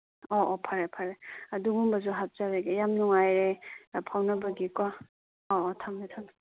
ꯑꯣ ꯑꯣ ꯐꯔꯦ ꯐꯔꯦ ꯑꯗꯨꯒꯨꯝꯕꯁꯨ ꯍꯥꯞꯆꯔꯒꯦ ꯌꯥꯝ ꯅꯨꯡꯉꯥꯏꯔꯦ ꯐꯥꯎꯅꯕꯒꯤꯀꯣ ꯑꯣꯑꯣ ꯊꯝꯃꯦ ꯊꯝꯃꯦ